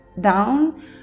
down